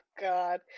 god